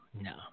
no